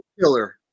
killer